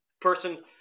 person